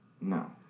No